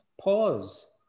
pause